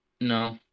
No